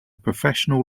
professional